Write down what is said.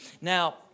Now